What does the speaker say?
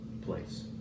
place